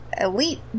Elite